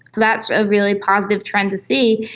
that's a really positive trend to see.